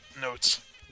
notes